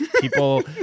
people